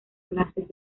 clases